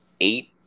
eight